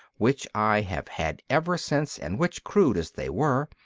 which i have had ever since and which, crude as they were,